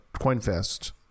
CoinFest